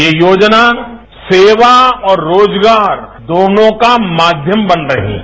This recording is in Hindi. ये योजना सेवा और रोजगार दोनों का माध्यम बन बैठी है